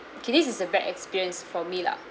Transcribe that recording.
okay this is a bad experience for me lah